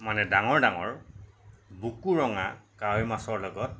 মানে ডাঙৰ ডাঙৰ বুকু ৰঙা কাৱৈ মাছৰ লগত